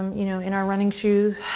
you know in our running shoes,